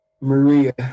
Maria